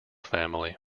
family